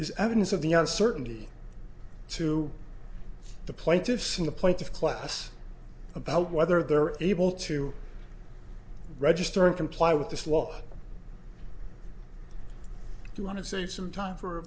is evidence of the uncertainty to the plaintiffs in the plaintiff class about whether they're able to register comply with this law you want to save some time for a